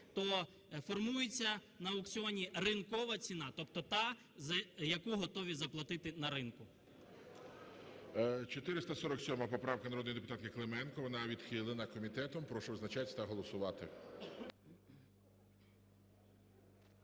то формується на аукціоні ринкова ціна, тобто та, яку готові заплатити на ринку.